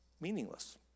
meaningless